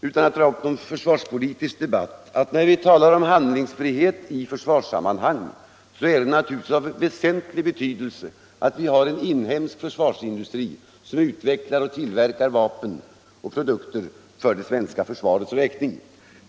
Utan att dra upp någon försvarspolitisk debatt vill jag peka på att om vi vill ha handlingsfrihet i försvarssammanhang, är det naturligtvis av väsentlig betydelse att vi har en inhemsk försvarsindustri som utvecklar och tillverkar vapen och andra produkter för det svenska försvarets räkning.